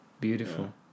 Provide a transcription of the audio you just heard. beautiful